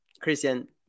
Christian